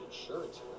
insurance